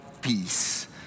peace